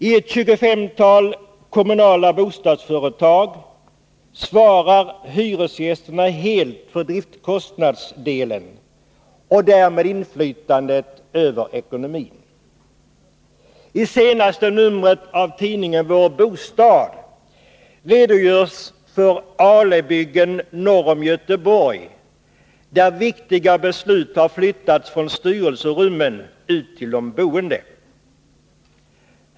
I ett 25-tal kommunala bostadsföretag svarar hyresgästerna helt för driftkostnadsdelen och har därmed inflytande över ekonomin. I senaste numret av tidningen Vår Bostad redogörs för Alebyggen norr om Göteborg, där viktiga beslut har flyttats från styrelserummen ut till de boende.